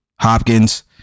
Hopkins